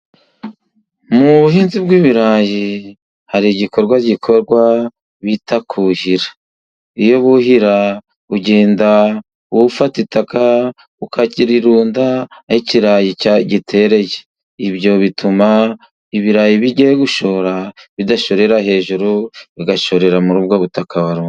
Mu buhinzi bw'ibirayi hari igikorwa gikorwa bita kuhira. Iyo buhira ugenda ufata itaka ukarirunda Aho ikirayi gitereye. Ibyo bituma ibirayi bigiye gushora bidashorera hejuru, bigashorera muri ubwo butaka warunze.